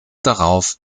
darauf